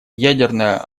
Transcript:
ядерное